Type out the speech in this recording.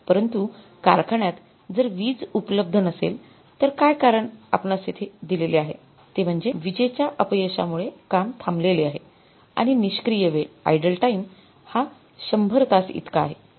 परंतु कारख्यान्यात जर वीज उपलब्ध नसेल तर काय कारण आपणास येथे दिलेले आहे ते म्हणजे विजेच्या अपयशामुळे काम थांबलेले आहे आणि निष्क्रिय वेळ हा १०० तास इतका आहे